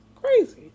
crazy